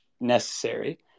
necessary